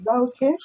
okay